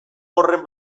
horren